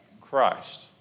Christ